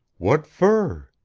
what fer?